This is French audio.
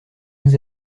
nous